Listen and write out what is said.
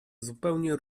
zupełnie